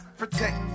protect